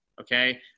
Okay